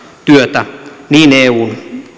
työtä niin eun